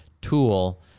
tool